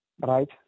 Right